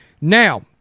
Now